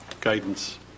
guidance